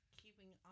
keeping